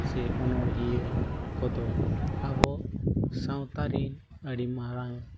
ᱥᱮ ᱚᱱᱚᱬᱦᱤᱭᱟᱹ ᱠᱚᱫᱚ ᱟᱵᱚ ᱥᱟᱶᱛᱟ ᱨᱮᱱ ᱟᱹᱰᱤ ᱢᱟᱨᱟᱝ